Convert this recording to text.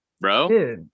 bro